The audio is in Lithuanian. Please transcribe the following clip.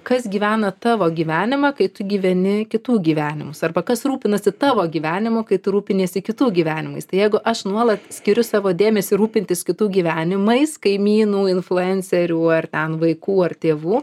kas gyvena tavo gyvenimą kai tu gyveni kitų gyvenimus arba kas rūpinasi tavo gyvenimu kai tu rūpiniesi kitų gyvenimais tai jeigu aš nuolat skiriu savo dėmesį rūpintis kitų gyvenimais kaimynų influencerių ar ten vaikų ar tėvų